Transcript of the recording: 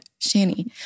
Shani